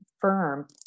firm